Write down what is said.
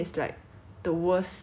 like 你想象 like